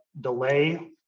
delay